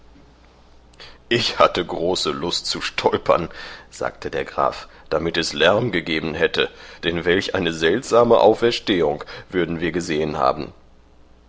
ich hatte große lust zu stolpern sagte der graf damit es lärm gegeben hätte denn welch eine seltsame auferstehung würden wir gesehen haben